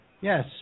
Yes